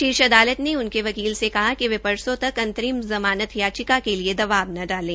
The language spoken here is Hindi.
शीर्ष अदालत ने उनके वकील से कहा कि वे परसो तक अंतरिम ज़मानत याचिका के लिए दवाब न डाले